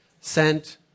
sent